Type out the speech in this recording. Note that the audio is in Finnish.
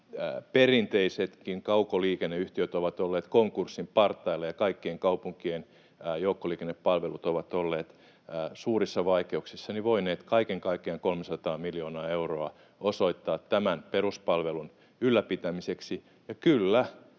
perinteisetkin kaukoliikenneyhtiöt ovat olleet konkurssin partaalla ja kaikkien kaupunkien joukkoliikennepalvelut ovat olleet suurissa vaikeuksissa, ja olemme kaiken kaikkiaan 300 miljoonaa euroa voineet osoittaa tämän peruspalvelun ylläpitämiseksi. Ja kyllä,